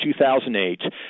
2008